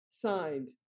Signed